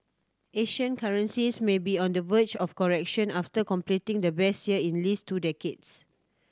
Asian currencies may be on the verge of a correction after completing the best year in least two decades